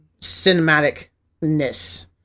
cinematicness